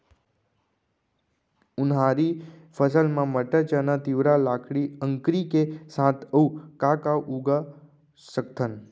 उनहारी फसल मा मटर, चना, तिंवरा, लाखड़ी, अंकरी के साथ अऊ का का उगा सकथन?